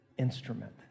Instrument